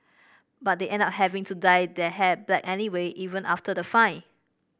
but they end up having to dye their hair black anyway even after the fine